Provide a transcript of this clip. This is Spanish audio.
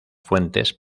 fuentes